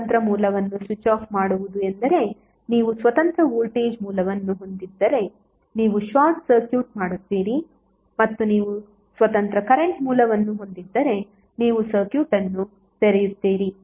ಸ್ವತಂತ್ರ ಮೂಲವನ್ನು switch off ಮಾಡುವುದು ಎಂದರೆ ನೀವು ಸ್ವತಂತ್ರ ವೋಲ್ಟೇಜ್ ಮೂಲವನ್ನು ಹೊಂದಿದ್ದರೆ ನೀವು ಶಾರ್ಟ್ ಸರ್ಕ್ಯೂಟ್ ಮಾಡುತ್ತೀರಿ ಮತ್ತು ನೀವು ಸ್ವತಂತ್ರ ಕರೆಂಟ್ ಮೂಲವನ್ನು ಹೊಂದಿದ್ದರೆ ನೀವು ಸರ್ಕ್ಯೂಟ್ ಅನ್ನು ತೆರೆಯುತ್ತೀರಿ